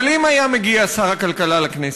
אבל אם היה מגיע שר הכלכלה לכנסת,